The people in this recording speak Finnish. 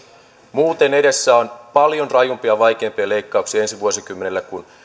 muuten edessä on paljon rajumpia ja vaikeampia leikkauksia ensi vuosikymmenelle kun